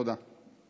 תודה.